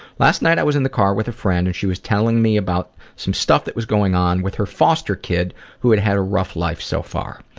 last night i was in the car with a friend and she was telling me about some stuff that was going on with her foster kid who had had a rough life so far.